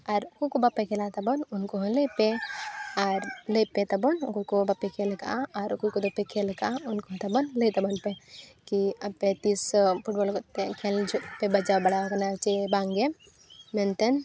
ᱟᱨ ᱚᱠᱚᱭ ᱠᱚ ᱵᱟᱯᱮ ᱠᱷᱮᱞᱟ ᱛᱟᱵᱚᱱ ᱩᱱᱠᱩ ᱦᱚᱸ ᱞᱟᱹᱭᱯᱮ ᱟᱨ ᱞᱟᱹᱭᱯᱮ ᱛᱟᱵᱚᱱ ᱚᱠᱚᱭ ᱠᱚ ᱵᱟᱯᱮ ᱠᱷᱮᱞ ᱠᱟᱜᱼᱟ ᱟᱨ ᱚᱠᱚᱭ ᱠᱚᱫᱚᱯᱮ ᱠᱷᱮᱞ ᱟᱠᱟᱫᱼᱟ ᱩᱱᱠᱩ ᱦᱚᱸᱛᱟᱵᱚᱱ ᱞᱟᱹᱭ ᱛᱟᱵᱚᱱᱯᱮ ᱠᱤ ᱟᱯᱮ ᱛᱤᱥᱚᱜ ᱯᱷᱩᱴᱵᱯᱞ ᱜᱟᱛᱮᱜ ᱠᱷᱮᱞ ᱡᱷᱚᱜ ᱯᱮ ᱵᱟᱡᱟᱣ ᱵᱟᱲᱟᱣ ᱠᱟᱱᱟ ᱥᱮ ᱵᱟᱝᱜᱮ ᱢᱮᱱᱛᱮᱫ